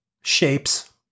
Shapes